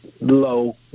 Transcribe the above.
low